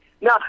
Now